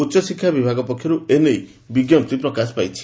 ଉଚ୍ଚଶିକ୍ଷା ବିଭାଗ ପକ୍ଷର୍ଠ ଏ ନେଇ ବିଙ୍କପ୍ତି ପ୍ରକାଶ ପାଇଛି